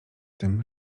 tym